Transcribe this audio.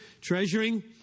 Treasuring